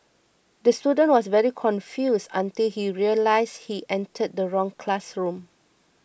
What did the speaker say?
the student was very confused until he realised he entered the wrong classroom